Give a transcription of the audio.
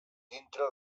dintre